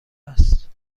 است